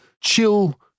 chill